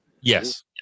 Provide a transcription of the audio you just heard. Yes